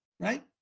Right